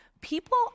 People